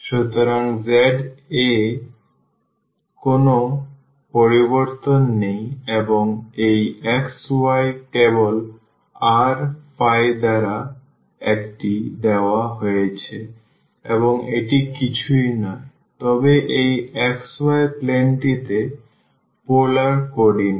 সুতরাং z এ কোনও পরিবর্তন নেই এবং এই xy কেবল r ϕ দ্বারা এটি দেওয়া হয়েছে এবং এটি কিছুই নয় তবে এই xy প্লেনটিতে পোলার কোঅর্ডিনেট